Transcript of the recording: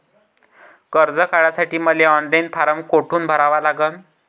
कर्ज काढासाठी मले ऑनलाईन फारम कोठून भरावा लागन?